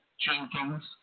Jenkins